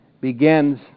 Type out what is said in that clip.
begins